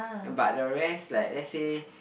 but the rest like let's say